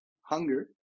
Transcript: hunger